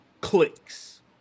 clicks